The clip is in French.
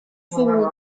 scénique